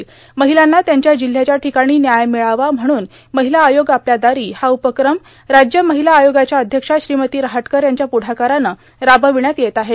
र्माहलांना त्यांच्या जिल्ह्याच्या ाठकाणी न्याय मिळावा म्हणून र्माहला आयोग आपल्या दारां हा उपक्रम राज्य र्माहला आयोगाच्या अध्यक्षा श्रीमती रहाटकर यांच्या पुढाकारानं रार्बावण्यात येत आहे